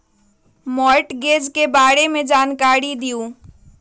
Mortgage के बारे में जानकारी देहु?